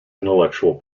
intellectual